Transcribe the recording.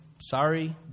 sorry